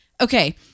Okay